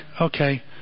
okay